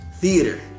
Theater